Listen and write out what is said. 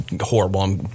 horrible